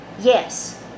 yes